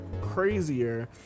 crazier